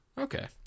Okay